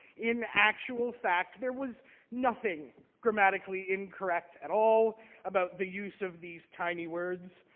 in actual fact, there was nothing grammatically incorrect at all about the use of these tiny words.